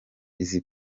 izi